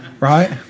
Right